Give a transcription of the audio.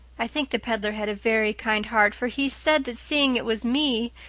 i think the peddler had a very kind heart, for he said that, seeing it was me,